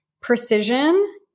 precision